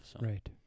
Right